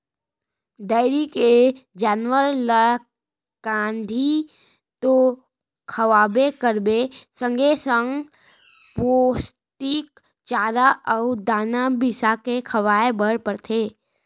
dairy के जानवर ल कांदी तो खवाबे करबे संगे संग पोस्टिक चारा अउ दाना बिसाके खवाए बर परथे